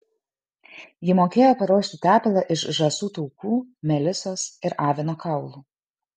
ji mokėjo paruošti tepalą iš žąsų taukų melisos ir avino kaulų